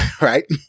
right